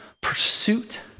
pursuit